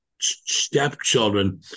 stepchildren